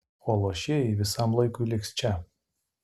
o luošieji visam laikui liks čia